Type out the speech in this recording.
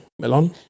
Melon